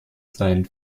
seinen